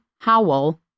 Howell